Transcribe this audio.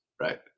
right